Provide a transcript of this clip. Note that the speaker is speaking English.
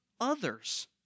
others